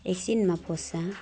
एकछिनमा पस्छ